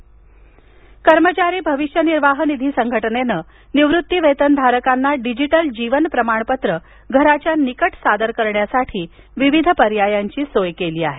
भविष्य निर्वाह निधी कर्मचारी भविष्य निर्वाह निधी संघटनेनं निवृत्तीवेतन धारकांना डिजीटल जीवन प्रमाणपत्र घराच्या निकट सादर करण्यासाठी विविध पर्यायांची सोय केली आहे